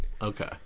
Okay